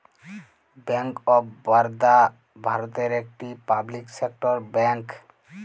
bank of Baroda ভারতের একটি public sector bank